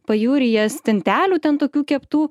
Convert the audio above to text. pajūryje stintelių ten tokių keptų